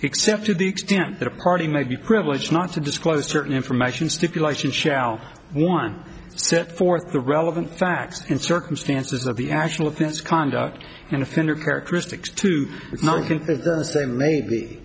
except to the extent that a party may be privileged not to disclose certain information stipulation shall one set forth the relevant facts and circumstances of the actual offense conduct and offender characteristics to say maybe